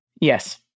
Yes